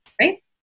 Right